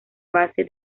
base